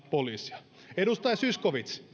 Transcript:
poliisia edustaja zyskowicz